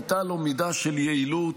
הייתה מידה של יעילות,